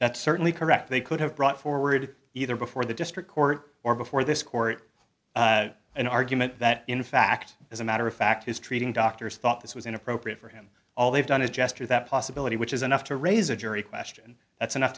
that's certainly correct they could have brought forward either before the district court or before this court an argument that in fact as a matter of fact his treating doctors thought this was inappropriate for him all they've done is gesture that possibility which is enough to raise a jury question that's enough